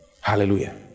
Hallelujah